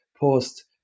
post